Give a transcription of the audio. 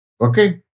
Okay